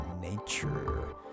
nature